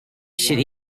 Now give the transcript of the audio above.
should